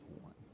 one